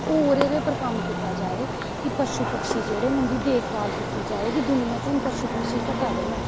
होर एह्दे पर कम्म कीता जाए कि पशु पक्षी जेह्ड़े न उंदी देख रेख कीती कि दुनियां च हून पशू पक्षी घटा दे न